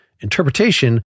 interpretation